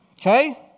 Okay